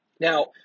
Now